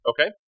Okay